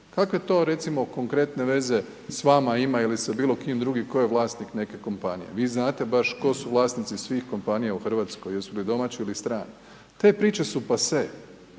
kakve to recimo konkretne veze s vama ima ili s bilo kim drugim tko je vlasnik neke kompanije, vi znate baš tko su vlasnici svih kompanija u Hrvatskoj, jesu li domaći ili strani, te priče su passe.